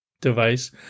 device